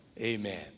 Amen